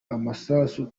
amasasu